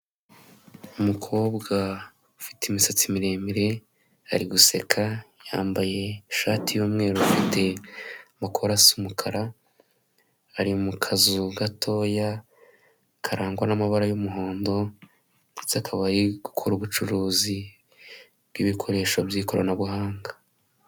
Umukobwa ufite imisatsi miremire ari guseka yambaye ishati y'umweru afite amakora asa umukara, ari mu kazu gatoya karangwa n'amabara y'umuhondo ndetse akaba ari rikora ubucuruzi bwi'bikoresho by'ikoranabuhanga.